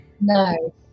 No